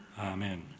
Amen